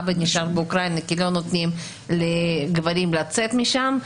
האבא נשאר באוקראינה כי לא נותנים לגברים לצאת משם,